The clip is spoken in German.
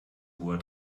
hoher